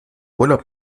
urlaub